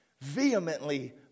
Vehemently